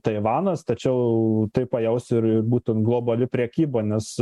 taivanas tačiau tai pajaus ir būtent globali prekyba nes